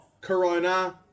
Corona